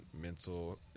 mental